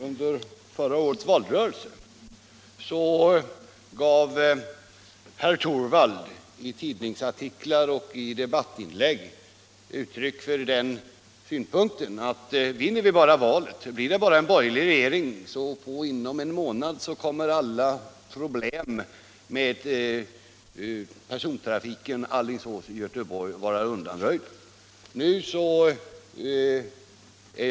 Under förra årets valrörelse gav herr Torwald i tidningsartiklar och debattinlägg uttryck för den synpunkten att om det bara blev en borgerlig regering så skulle alla problem i samband med den frågan vara undanröjda inom en månad.